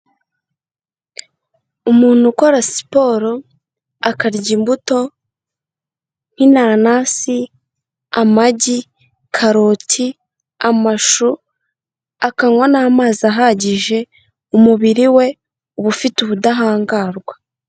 Umuntu ukora siporo akarya imbuto nk'inanasi, amagi, karoti, amashu, akanywa n'amazi ahagije umubiri we uba ufite ubudahangarwa.